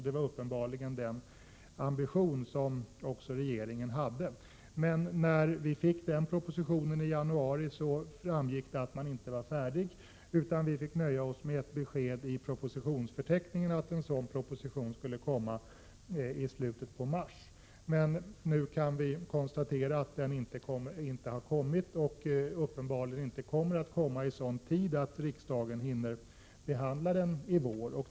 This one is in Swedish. Det var uppenbarligen också den ambition regeringen hade. När vi fick budgetpropositionen i januari framgick emellertid att regeringen inte var färdig, utan vi fick nöja oss med ett besked i propositionsförteckningen att en proposition skulle komma i slutet av mars. Vi kan nu konstatera att den propositionen inte har kommit och att den uppenbarligen inte kommer i sådan tid att riksdagen hinner behandla den i vår.